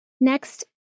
Next